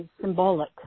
symbolic